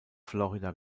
florida